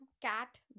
cat